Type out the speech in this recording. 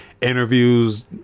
interviews